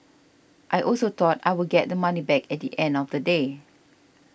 I also thought I would get the money back at the end of the day